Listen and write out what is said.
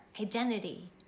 identity